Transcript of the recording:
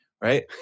right